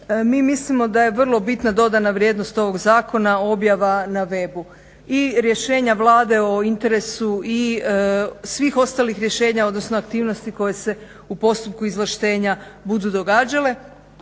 Mi mislimo da je vrlo bitna dodana vrijednost ovog zakona objava na webu i rješenja Vlade o interesu i svih ostalih rješenja odnosno aktivnosti koje se u postupku izvlaštenja budu događale,